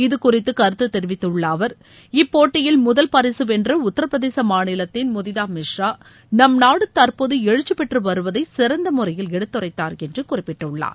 இது குறித்து கருத்து தெரிவித்துள்ள அவர் இப்போட்டியில் முதல் பரிசு வென்ற உத்தரப்பிரதேச மாநிலத்தின் முதிதா மிஷ்ரா நம் நாடு தற்போது எழுச்சிப்பெற்று வருவதை சிறந்த முறையில் எடுத்துரைத்தார் என்று குறிப்பிட்டுள்ளார்